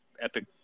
epic